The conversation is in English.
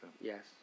Yes